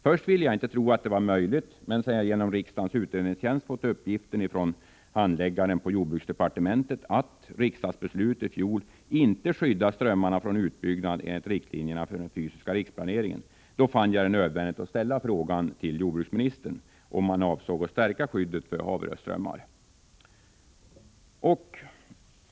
Först ville jag inte tro att det var möjligt, men sedan mör jag genom riksdagens utredningstjänst fått uppgiften från handläggaren på jordbruksdepartementet att riksdagsbeslutet i fjol inte skyddar strömmarna från utbyggnad enligt riktlinjerna för den fysiska riksplaneringen, fann jag det nödvändigt att ställa frågan till jordbruksministern om han avsåg att stärka skyddet för Haverö strömmar.